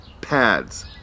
pads